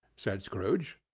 said scrooge.